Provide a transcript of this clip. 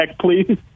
please